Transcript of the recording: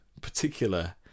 particular